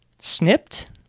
Snipped